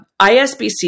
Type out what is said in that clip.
ISBC